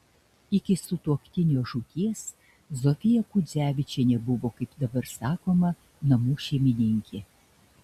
iki sutuoktinio žūties zofija kudzevičienė buvo kaip dabar sakoma namų šeimininkė